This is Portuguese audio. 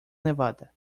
nevada